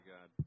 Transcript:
God